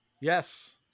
Yes